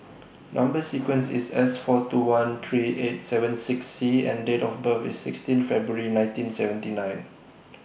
Number sequence IS S four two one three eight seven six C and Date of birth IS sixteen February nineteen seventy nine